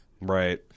Right